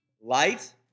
Light